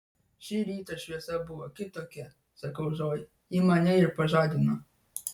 šį rytą šviesa buvo kitokia sakau zojai ji mane ir pažadino